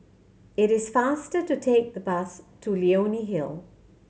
it is faster to take the bus to Leonie Hill